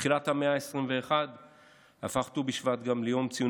בתחילת המאה ה-21 הפך ט"ו בשבט גם ליום ציון